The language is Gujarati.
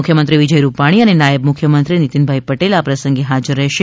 મુખ્યમંત્રી વિજય રૂપાણી ને નાયબ મુખ્યમંત્રી નિતિનભાઈ પટેલ આ પ્રસંગે હાજર હશે